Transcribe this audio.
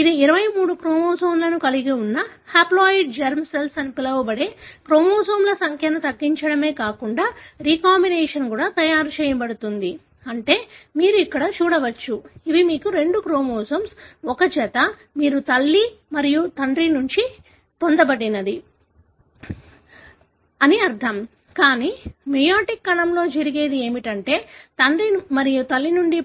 ఇది 23 క్రోమోజోమ్లను కలిగి ఉన్న హాప్లోయిడ్ జెర్మ్ సెల్స్ అని పిలవబడే క్రోమోజోమ్ల సంఖ్యను తగ్గించడమే కాకుండా రీకాంబినేషన్ కూడా సహాయపడుతుంది అంటే మీరు ఇక్కడ చూడవచ్చు ఇవి మీకు రెండు క్రోమోజోమ్ ఒక జత మీరు తల్లి మరియు తండ్రి నుండి పొందినది అని అర్ధం కానీ మెయోటిక్ కణంలో జరిగేది ఏమిటంటే తండ్రి మరియు తల్లి నుండి